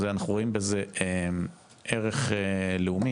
אנחנו רואים בזה ערך לאומי,